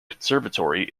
conservatory